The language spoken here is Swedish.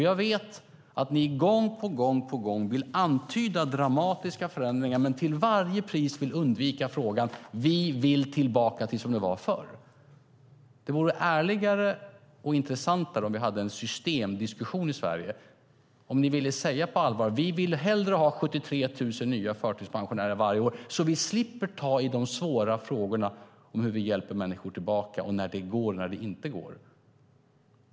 Jag vet att ni gång på gång vill antyda dramatiska förändringar men till varje pris undvika att säga: Vi vill tillbaka till hur det var förr. Det vore ärligare och intressantare om vi hade en systemdiskussion i Sverige, om ni ville säga på allvar: Vi vill hellre ha 73 000 nya förtidspensionärer varje år, så att vi slipper ta i de svåra frågorna om hur vi hjälper människor tillbaka och om när detta går och inte går.